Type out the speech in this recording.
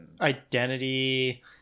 identity